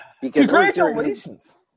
Congratulations